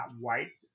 white –